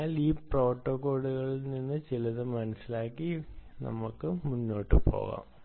അതിനാൽ ഈ പ്രോട്ടോക്കോളുകളിൽ ചിലത് മനസിലാക്കി അവിടെ നിന്ന് മുന്നോട്ട് പോകാം